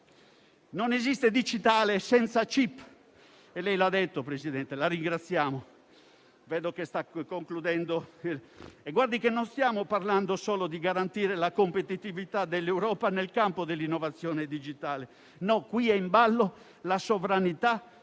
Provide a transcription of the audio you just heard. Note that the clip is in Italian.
la ringraziamo, e guardi che non stiamo parlando solo di garantire la competitività dell'Europa nel campo dell'innovazione digitale. No, qui è in ballo la sovranità